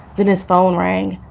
then his phone rang.